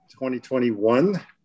2021